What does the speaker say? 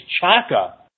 Chaka